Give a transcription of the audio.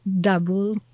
double